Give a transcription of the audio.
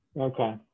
Okay